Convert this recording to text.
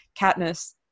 Katniss